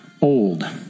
Old